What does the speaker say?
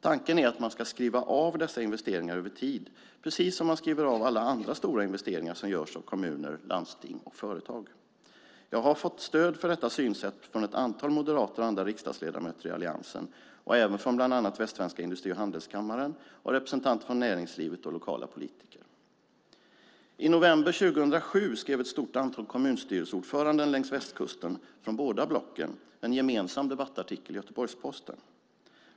Tanken är att man ska skriva av dessa investeringar över tid, precis som man skriver av alla andra stora investeringar som görs av kommuner, landsting och företag. Jag har stöd för detta synsätt från ett antal moderater och andra riksdagsledamöter i Alliansen, och även från bland annat Västsvenska Industri och Handelskammaren och andra representanter för näringslivet och lokala politiker. I november 2007 skrev ett stort antal kommunstyrelseordförande längs västkusten från båda blocken en gemensam debattartikel i Göteborgs-Posten.